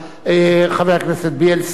חבר הכנסת בילסקי.